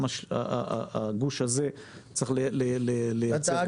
גם הגוש הזה צריך לייצר בעצמו.